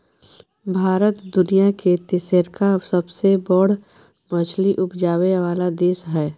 भारत दुनिया के तेसरका सबसे बड़ मछली उपजाबै वाला देश हय